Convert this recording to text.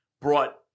brought